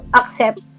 accept